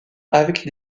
avec